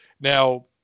now